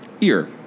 Ear